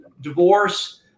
divorce